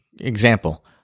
example